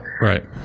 Right